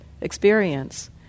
experience